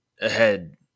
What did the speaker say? ahead